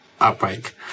outbreak